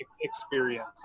experience